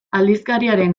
aldizkariaren